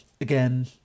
again